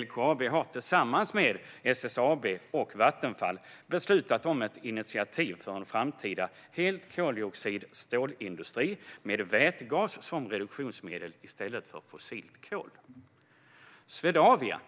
LKAB har tillsammans med SSAB och Vattenfall beslutat om ett initiativ för en framtida helt klodioxidfri stålindustri med vätgas som reduktionsmedel i stället för fossilt kol. Swedavia